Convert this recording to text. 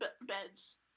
beds